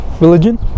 religion